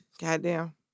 Goddamn